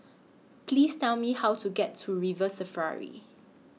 Please Tell Me How to get to River Safari